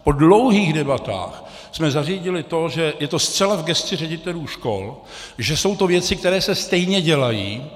Po dlouhých debatách jsme zařídili to, že je to zcela v gesci ředitelů škol, že jsou to věci, které se stejně dělají.